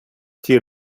тій